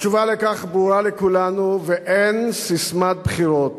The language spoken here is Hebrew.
התשובה על כך ברורה לכולנו, ואין ססמת בחירות